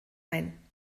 ein